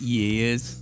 years